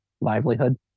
livelihood